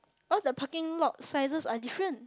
all the parking lot sizes are different